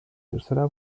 tercera